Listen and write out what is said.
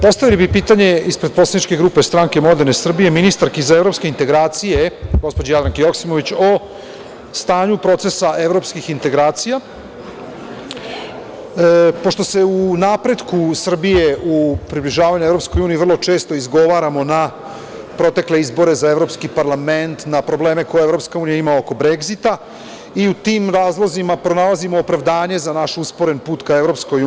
Postavio bih pitanje, ispred poslaničke grupe Stranke moderne Srbije, ministarski za evropske integracije gospođi Jadranki Joksimović o stanju procesa evropskih integracija, pošto se u napretku Srbije u približavanju EU vrlo često izgovaramo na protekle izbore da Evropski parlament, na probleme koje EU ima oko Bregzita i u tim razlozima pronalazimo opravdanje za naš usporen put ka EU.